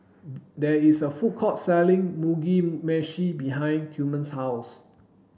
there is a food court selling Mugi meshi behind Tillman's house